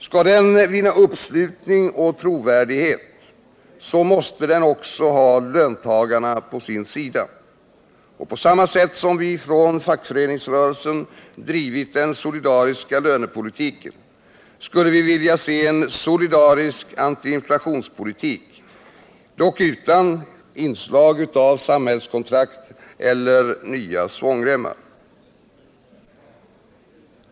Skall den vinna uppslutning och trovärdighet måste den också ha löntagarna på sin sida. På samma sätt som vi från fackföreningsrörelsen drivit den solidariska lönepolitiken skulle vi vilja se en solidarisk antiinflationspolitik, dock utan inslag av samhällskontrakt eller nya svångremmar.